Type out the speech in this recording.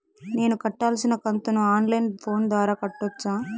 నేను కట్టాల్సిన కంతును ఆన్ లైను ఫోను ద్వారా కట్టొచ్చా?